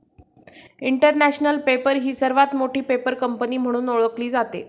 international Paper ही सर्वात मोठी पेपर कंपनी म्हणून ओळखली जाते